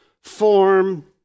form